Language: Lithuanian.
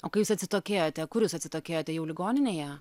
o kai jūs atsitokėjote kur jūs atsitokėjote jau ligoninėje